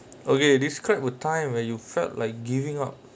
okay describe a time where you felt like giving up